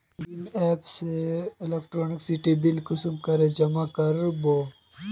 भीम app से electricity bill कुंसम करे जमा कर बो?